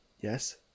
Yes